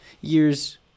year's